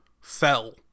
fell